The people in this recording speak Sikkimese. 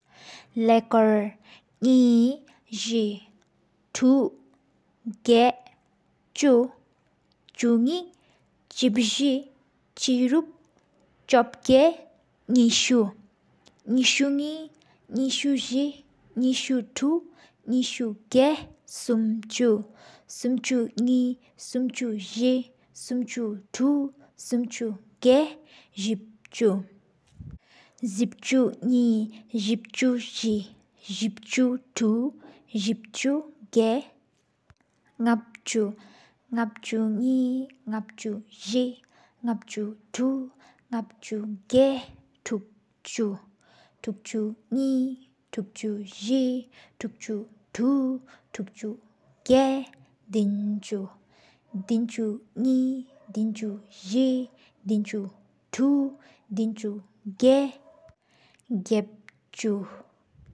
ལ་ཀོར། ནེ། ཟེ། ཐུག། གཡ། ཆུ། ཆུ་ནེ། ཆེབ་ཟེ། ཆུ་དིན། ཆུ་ག་ཡ། ནསུ། ནསུ་ཆ་ནེ། ནསུ་ཆ་ཟེ། ནསུ་ཆ་ཐུག། ནསུ་ཆ་གཡ། གསུམ་ཆུ། གསུམ་ཆུ་ནེ། གསུམ་ཆུ་ཟེ། གསུམ་ཆུ་ཐུག། གསུམ་ཆུ་གཡ། ཟེབ་ཆུ། ཟེབ་ཆུ་ནེ། ཟེབ་ཆུ་ཟེ། ཟེབ་ཆུ་ཐུག། ཟེབ་ཆུ་གཡ། ནེབ་ཆུ། ནེབ་ཆུ་ནེ། ནེབ་ཆུ་ཟེ། ནེབ་ཆུ་ཐུག། ནེབ་ཆུ་གྱ། ཐུག་ཆུ། ཐུག་ཆུ་ནེ། ཐུག་ཆུ་ཟེ། ཐུག་ཆུ་ཐུག། ཐུག་ཆུ་གྱ། དན་ཆུ།